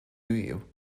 you